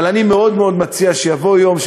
אבל אני מאוד מאוד מציע שיבוא יום,